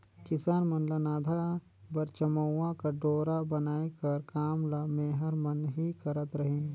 किसान मन ल नाधा बर चमउा कर डोरा बनाए कर काम ल मेहर मन ही करत रहिन